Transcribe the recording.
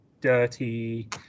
dirty